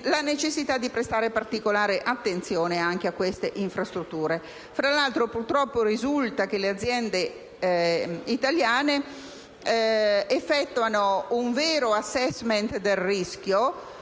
la necessità di prestare particolare attenzione anche a queste infrastrutture. Fra l'altro, purtroppo risulta che le aziende italiane effettuano un vero *assestment* del rischio